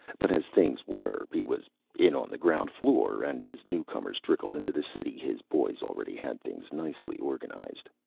but as things were, he was in on the ground floor, and as newcomers trickled into the city, his boys already had things nicely organized.